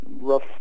rough